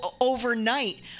overnight